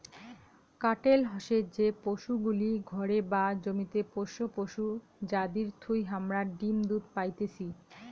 কাটেল হসে যে পশুগুলি ঘরে বা জমিতে পোষ্য পশু যাদির থুই হামারা ডিম দুধ পাইতেছি